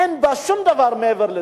אין בה שום דבר מעבר לזה.